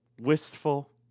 Wistful